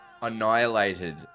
annihilated